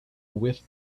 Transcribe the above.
with